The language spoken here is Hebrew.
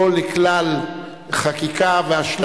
שתסייע לתושבי אזור